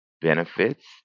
benefits